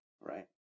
right